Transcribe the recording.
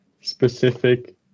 specific